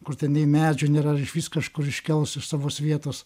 kur ten nė medžių nėra ar išvys kažkur iškels iš savos vietos